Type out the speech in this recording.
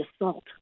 assault